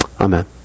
Amen